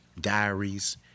diaries